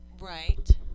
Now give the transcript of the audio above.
Right